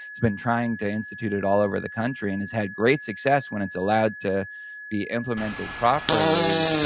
he's been trying to institute it all over the country. and he's had great success when it's allowed to be implemented properly,